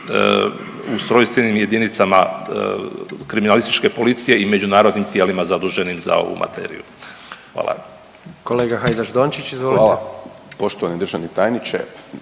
ustrojstvenim jedinicama kriminalističke policije i međunarodnim tijelima zaduženim za ovu materiju. Hvala. **Jandroković, Gordan (HDZ)** Kolega Hajdaš Dončić,